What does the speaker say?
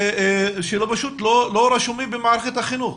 שפשוט לא רשומים במערכת החינוך.